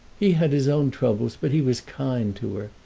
he had his own troubles, but he was kind to her.